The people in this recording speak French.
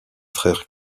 frère